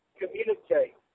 communicate